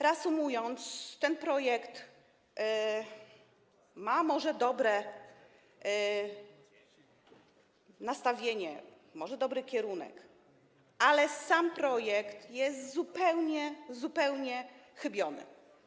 Reasumując, ten projekt cechuje może dobre nastawienie, może to dobry kierunek, ale sam projekt jest zupełnie, zupełnie chybiony.